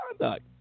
conduct